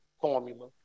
formula